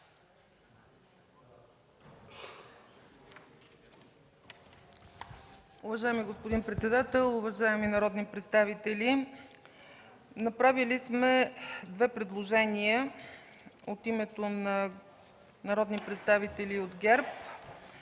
Уважаеми господин председател, уважаеми народни представители, направили сме две предложения от името на народни представители от ГЕРБ.